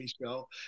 Michelle